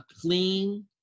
clean